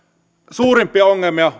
suurimpia ongelmia